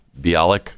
Bialik